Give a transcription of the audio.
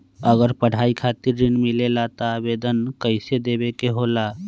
अगर पढ़ाई खातीर ऋण मिले ला त आवेदन कईसे देवे के होला?